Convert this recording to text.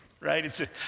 Right